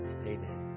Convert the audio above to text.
Amen